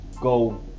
go